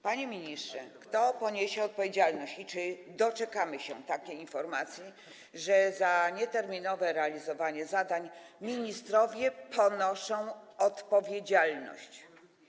Panie ministrze, kto poniesie odpowiedzialność i czy doczekamy się takiej informacji, że za nieterminowe realizowanie zadań ministrowie ponoszą odpowiedzialność?